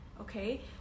okay